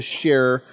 share